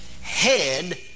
Head